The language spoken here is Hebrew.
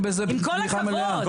עם כל הכבוד, חודש וחצי שר.